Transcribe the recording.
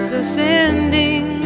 ascending